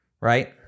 right